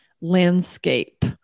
landscape